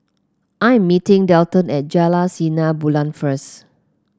I'm meeting Delton at Jalan Sinar Bulan first